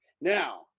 Now